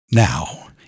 Now